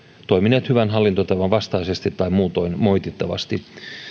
toimineet hyvän hallintotavan vastaisesti tai muutoin moitittavasti